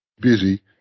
busy